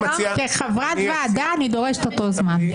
כחברת ועדה, אני דורשת אותו זמן.